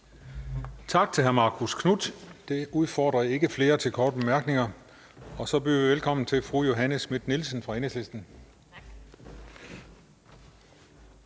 Tak til hr. Marcus Knuth. Det udfordrer ikke flere til korte bemærkninger. Så byder jeg velkommen til fru Johanne Schmidt-Nielsen for Enhedslisten.